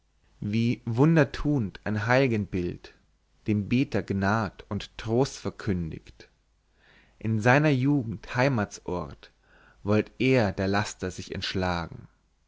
wie wunderthu'nd ein heil'genbild dem beter gnad und trost verkündigt in seiner jugend heimatsort wollt er der laster sich entschlagen